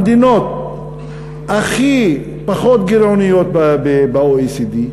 המדינות הכי פחות גירעוניות ב-OECD,